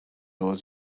was